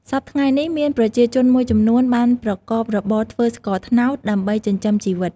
សព្វថ្ងៃនេះមានប្រជាជនមួយចំនួន បានប្រកបរបរធ្វើស្ករត្នោតដើម្បីចិញ្ជឹមជីវិត។